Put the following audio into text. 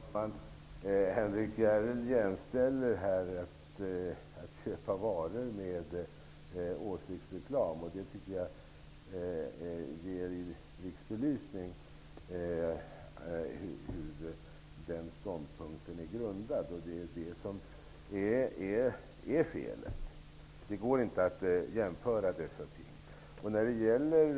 Herr talman! Henrik S Järrel jämställer reklam för att köpa varor med åsiktsreklam. Det visar i blixtbelysning vad hans ståndpunkt är grundad på. Det är just detta som är felet -- det går inte att jämföra dessa ting.